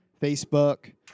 facebook